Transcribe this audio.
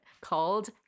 called